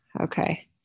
Okay